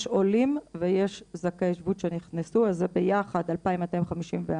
יש עולים ויש זכאי שבות שנכנסו, וביחד הם 2,254,